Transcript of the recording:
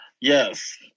Yes